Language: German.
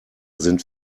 sind